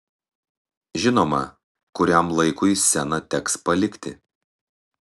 žinoma kuriam laikui sceną teks palikti